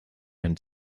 and